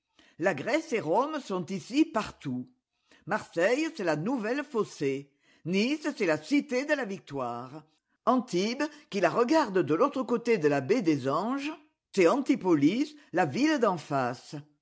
la grèce et rome sont ici partout marseille c'est la nouvelle phocée nice c'est la cité de la victoire antibes qui la regarde de l'autre côté de la baie des anges c'est antipolis la ville d'en face